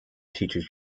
teaches